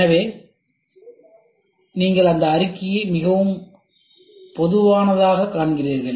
எனவே நீங்கள் அந்த அறிக்கையை மிகவும் பொதுவானதாகக் காண்கிறீர்கள்